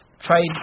trade